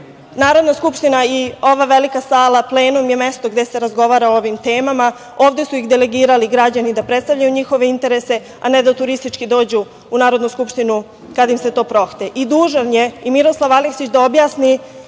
pažnju. Narodna skupština i ova velika sala, plenum je mesto gde se razgovara o ovim temama. Ovde su ih delegirali građani da predstavljaju njihove interese, a ne da turistički dođu u Narodnu skupštinu kada im se to prohte. Dužan